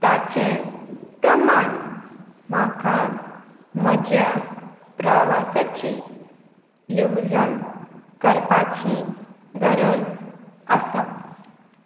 ताचें प्रमाण म्हाका म्हज्या प्रवासाची येवजण करपाची गरज आसा